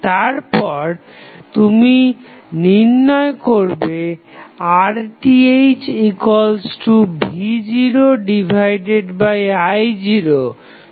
তারপর তুমি নির্ণয় করবে RThv0i0